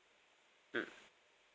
mm